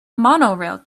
monorail